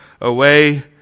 away